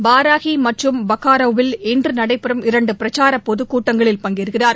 பராகி மற்றும் பொக்காரோவில் இன்று நடைபெறும் இரண்டு பிரச்சார பொதுக் கூட்டங்களில் பங்கேற்கிறார்